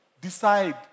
decide